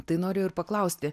tai noriu ir paklausti